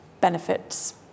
benefits